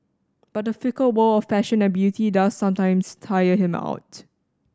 but the fickle world of fashion and beauty does sometimes tire him out